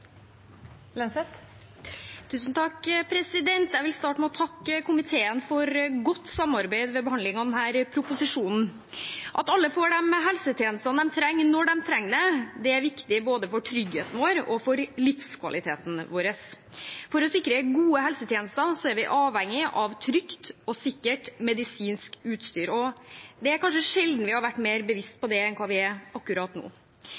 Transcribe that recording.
Jeg vil starte med å takke komiteen for godt samarbeid ved behandlingen av denne proposisjonen. At alle får de helsetjenestene de trenger, når de trenger det, er viktig både for tryggheten vår og for livskvaliteten vår. For å sikre gode helsetjenester er vi avhengig av trygt og sikkert medisinsk utstyr, og det er kanskje sjelden vi har vært mer bevisste på det enn vi er akkurat nå.